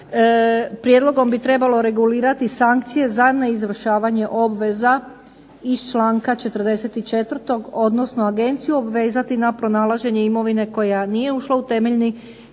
Prijedlogom bi trebalo regulirati sankcije za neizvršavanje obveza iz članka 44. odnosno Agenciju obvezati na pronalaženje imovine koja nije ušla u temeljni